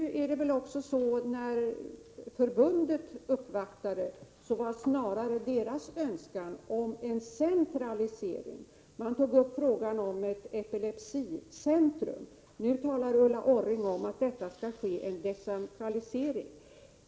Förbundet hade vid uppvaktningen snarast en önskan om en centralisering. Man tog upp frågan om ett epilepsicentrum. Nu talar Ulla Orring om att det skall ske en decentralisering.